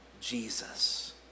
Jesus